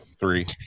Three